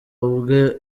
ubwe